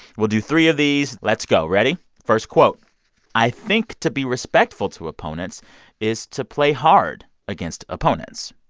we'll do three of these. let's go. ready? first quote i think to be respectful to opponents is to play hard against opponents.